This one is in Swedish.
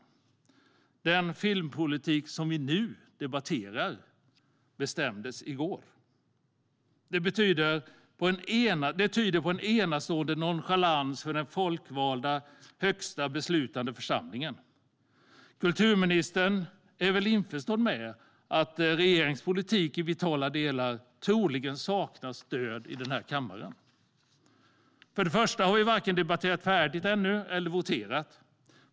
Bestämdes den filmpolitik vi nu debatterar i går? Det tyder på en enastående nonchalans inför den folkvalda, högsta beslutande församlingen. Visst är väl kulturministern införstådd med att regeringens politik i vitala delar troligen saknar stöd i denna kammare? För det första har vi varken debatterat färdigt eller voterat ännu.